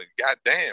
goddamn